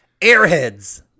Airheads